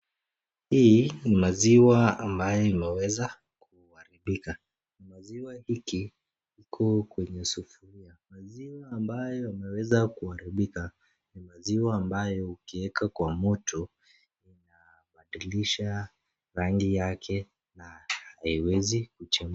Hii ni maziwa ambayo imeweza kuharibika. Maziwa iko kwenye sufuria. Maziwa ambayo yameweza kuharibika ni maziwa ambayo ukiweka kwa moto inabadilisha rangi yake na haiwezi kuchemka.